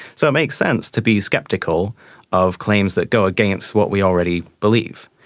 so it makes sense to be sceptical of claims that go against what we already believe.